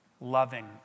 loving